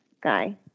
guy